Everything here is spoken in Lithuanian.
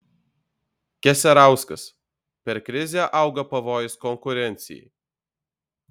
keserauskas per krizę auga pavojus konkurencijai